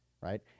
right